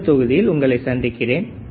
அடுத்த தொகுதியில் உங்களை சந்திக்கிறேன்